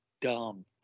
dumb